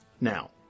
Now